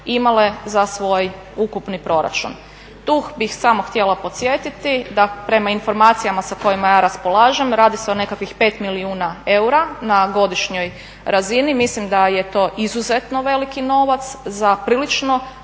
imale za svoj ukupni proračun. Tu bih samo htjela podsjetiti da prema informacijama sa kojima ja raspolažem radi se o nekakvih pet milijuna eura na godišnjoj razini. Mislim da je to izuzetno veliki novac za prilično